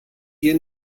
ihr